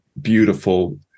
beautiful